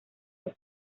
los